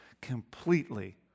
completely